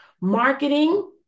marketing